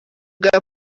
bwa